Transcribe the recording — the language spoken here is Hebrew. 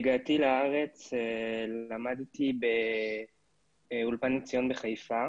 הגעתי לארץ ולמדתי באולפן עציון בחיפה